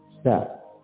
step